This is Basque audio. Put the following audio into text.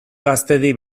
gaztedi